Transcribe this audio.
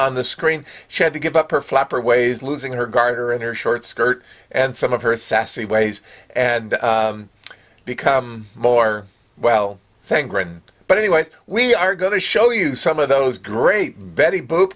on the screen she had to give up her flapper ways losing her guard her and her short skirt and some of her sassy ways and become more well thanks but anyway we are going to show you some of those great betty boop